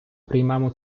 приймемо